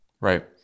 right